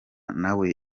nawe